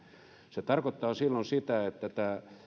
se tarkoittaa silloin sitä että tämä